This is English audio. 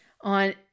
on